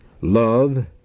Love